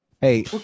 Hey